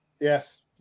Yes